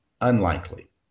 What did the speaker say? unlikely